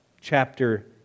chapter